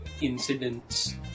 incidents